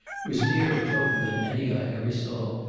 was nearer total than any i ever saw,